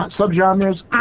sub-genres